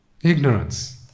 Ignorance